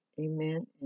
Amen